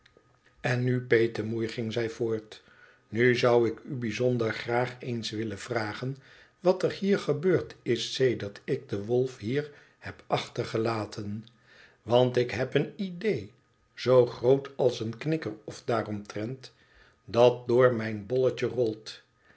n nu petemoei ging zij voort nu zou ik u bijzonder graag eens willen vragen wat er hier gebeurd is sedert ik den wolf hier heb achtergelaten want ik heb een idéé zoo groot als een knikker of daaromtrent dat door mijn bolletje rolt